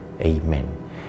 Amen